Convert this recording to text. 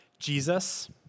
Jesus